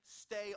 stay